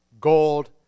gold